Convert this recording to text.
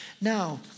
Now